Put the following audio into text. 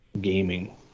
Gaming